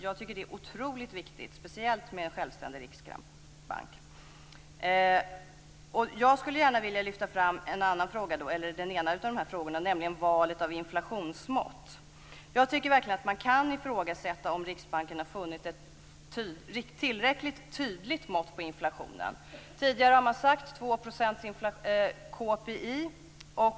Jag tycker att det är otroligt viktigt, speciellt med en självständig riksbank. Jag skulle gärna vilja lyfta en annan fråga, nämligen valet av inflationsmått. Jag tycker verkligen att man kan ifrågasätta om Riksbanken har funnit ett tillräckligt tydligt mått på inflationen. Tidigare har man sagt 2 % ökning av KPI.